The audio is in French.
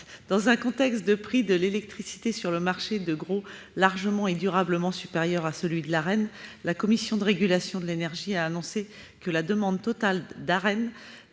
Dans un contexte où le prix de gros de l'électricité sur le marché est largement et durablement supérieur à celui de l'Arenh, la Commission de régulation de l'énergie a annoncé que la demande totale d'Arenh